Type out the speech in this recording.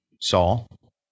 Saul